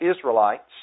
Israelites